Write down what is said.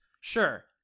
sure